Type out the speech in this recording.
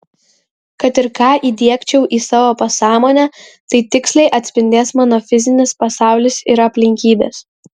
kad ir ką įdiegčiau į savo pasąmonę tai tiksliai atspindės mano fizinis pasaulis ir aplinkybės